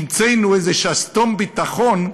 המצאנו איזה שסתום ביטחון,